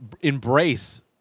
embrace